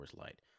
Light